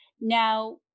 now